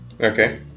okay